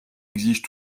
exigent